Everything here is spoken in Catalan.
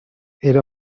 era